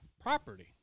property